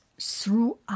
throughout